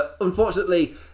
Unfortunately